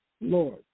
Lord